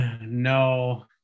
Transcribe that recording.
No